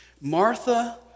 Martha